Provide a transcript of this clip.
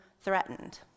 threatened